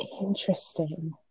Interesting